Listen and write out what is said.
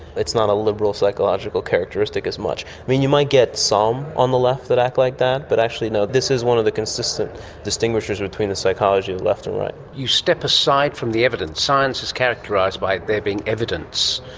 it's not a liberal psychological characteristic as much. i mean, you might get some on the left that act like that, but actually no, this is one of the consistent distinguishers between the psychology of the left and right. you step aside from the evidence, science is characterised by there being evidence,